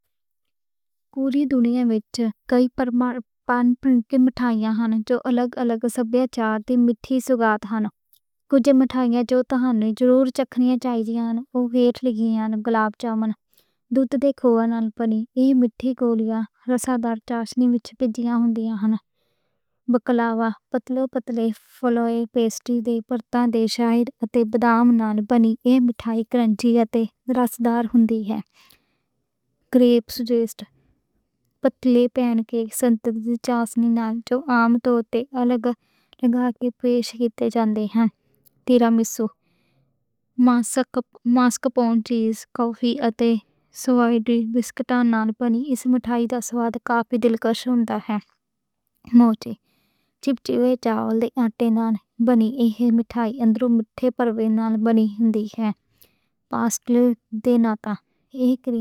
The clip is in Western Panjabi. کل دنیا وچ کئی پرمپرک مٹھائیاں ہن۔ جو الگ الگ سبھیاچار دی مِٹھی سوغات ہے۔ کجھ مٹھائیاں جو تہانوں چکھنے چاہیدیاں ہن، اگے پلئیاں ہن، گلاب جامن، دودھ دے کھوئے نال بنیا، نال پانی۔ بقلاوہ، پتلے پتلے فیلو پیسٹری دے پتے، تے بادام نال، ایہ مٹھائی کرنچی تے رس دار ہوندی ہے۔ کریپس، پتلے پین کیکس، سپیشلی، جو عام طور تے الگ الگ طرح پیش کیتے جان دے ہن۔ تیرامیسو، ماسکارپونے، کافی تے، سوادلی، بسکٹاں نال پانی، اس مٹھائی دا سواد کافی دلچسپ ہوندا ہے۔ موچی، چب چیوے چاول دے آٹے نال بنی، ایہ مٹھائی اندروں مٹھے بھراؤے نال بنی ہندی ہے۔ بیسکلی دے ناتے ایہہ کری۔